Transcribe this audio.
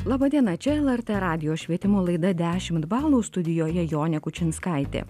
laba diena čia lrt radijo švietimo laida dešimt balų studijoje jonė kučinskaitė